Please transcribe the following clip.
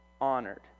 honored